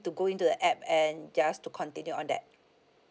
to go into the app and just to continue on that